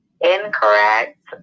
incorrect